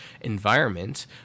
environment